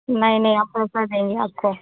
नहीं नहीं आपको रुपये देंगे आपको